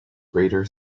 greater